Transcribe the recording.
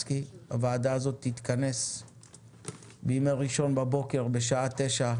הוועדה זאת תתכנס בימי ראשון, שעה 09:00,